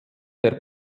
der